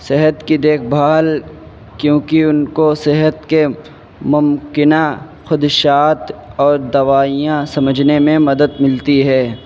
صحت کی دیکھ بھال کیوں کہ ان کو صحت کے ممکنہ خدشات اور دوائیاں سمجھنے میں مدد ملتی ہے